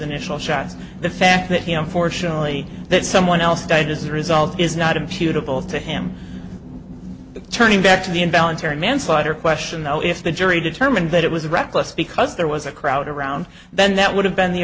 initial shots the fact that he unfortunately that someone else died as a result is not a beautiful to him turning back to the involuntary manslaughter question though if the jury determined that it was reckless because there was a crowd around then that would have been the